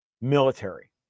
military